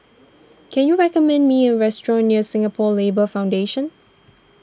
can you recommend me a restaurant near Singapore Labour Foundation